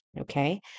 okay